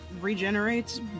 regenerates